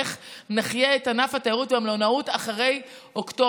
איך נחיה את ענף התיירות והמלונאות אחרי אוקטובר.